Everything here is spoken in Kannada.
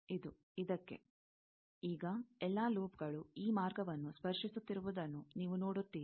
ಇದು ಇದಕ್ಕೆ ಈಗ ಎಲ್ಲಾ ಲೂಪ್ಗಳು ಈ ಮಾರ್ಗವನ್ನು ಸ್ಪರ್ಶಿಸುತ್ತಿರುವುದನ್ನು ನೀವು ನೋಡುತ್ತೀರಿ